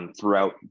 throughout